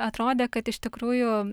atrodė kad iš tikrųjų